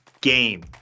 game